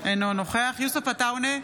אינו נוכח יוסף עטאונה,